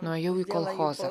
nuėjau į kolchozą